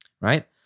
right